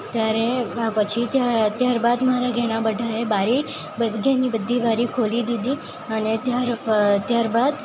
ત્યારે આ પછી તો ત્યારબાદ મારા ઘરના બધાય બારી ઘરની બધી બારીઓ ખોલી દીધી અને ત્યાર બાદ